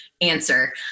answer